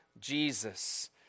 Jesus